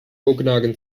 okanagan